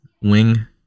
Wing